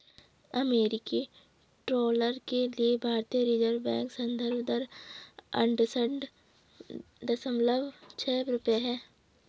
अमेरिकी डॉलर के लिए भारतीय रिज़र्व बैंक संदर्भ दर अड़सठ दशमलव छह रुपये है